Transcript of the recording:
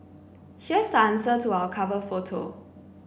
here's the answer to our cover photo